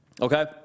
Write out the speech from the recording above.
okay